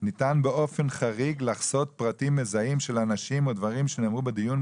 ניתן באופן חריג לחסות פרטים מזהים של אנשים או דברים שנאמרו בדיון,